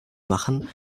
machen